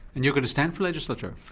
and you're going to stand for legislature?